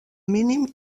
mínim